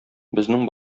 безнең